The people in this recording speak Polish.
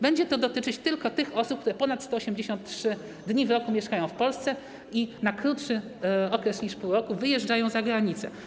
Będzie to dotyczyć tylko tych osób, które ponad 183 dni w roku mieszkają w Polsce i na krótszy okres niż pół roku wyjeżdżają za granicę.